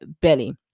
belly